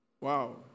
Wow